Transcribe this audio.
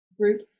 group